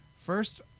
first